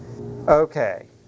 Okay